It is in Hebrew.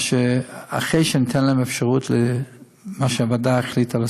אחרי שאתן להם אפשרות לעשות את מה שהוועדה החליטה.